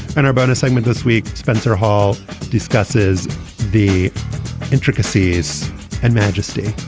and our bonus segment this week. spencer hall discusses the intricacies and majesty